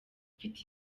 mfite